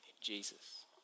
Jesus